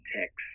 text